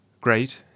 Great